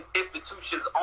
institutions